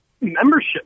membership